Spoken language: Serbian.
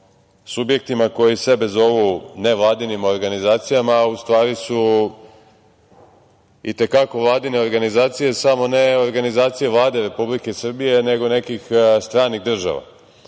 subjektima koji sebe zovu nevladinim organizacijama, a u stvari su i te kako vladine organizacije, samo ne organizacije Vlade Republike Srbije, nego nekih stranih država. Ovih